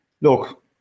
Look